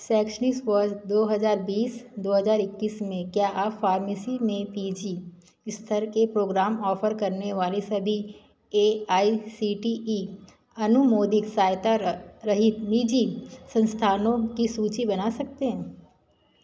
शैक्षणिक वर्ष दो हज़ार बीस दो हज़ार इक्कीस में क्या आप फ़ार्मेसी में पी जी स्तर के प्रोग्राम ऑफ़र करने वाले सभी A I C T E अनुमोदित सहायता रहित निजी संस्थानों की सूचि बना सकते हैं